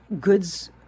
Goods